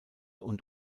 und